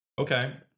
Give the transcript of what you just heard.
Okay